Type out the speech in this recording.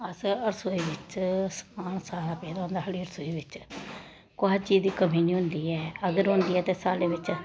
अस रसोई बिच्च समान सारा पेदा होंदा साढ़ी रसोई बिच्च कुसै चीज दी कमी नेईं होंदी ऐ अगर होंदी ऐ ते साढ़े बिच्च